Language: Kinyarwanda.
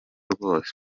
rwose